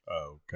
okay